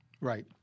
Right